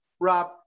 Rob